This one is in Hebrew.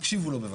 תקשיבו לו בבקשה.